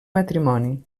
matrimoni